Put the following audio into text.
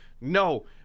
No